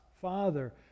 Father